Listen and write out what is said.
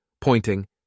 pointing